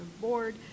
board